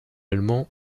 allemands